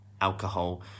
alcohol